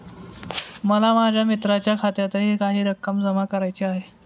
मला माझ्या मित्राच्या खात्यातही काही रक्कम जमा करायची आहे